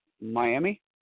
Miami